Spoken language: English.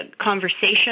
conversation